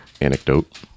anecdote